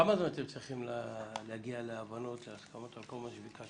כמה זמן אתם צריכים כדי להגיע להבנות ולהסכמות על כל מה שביקשנו?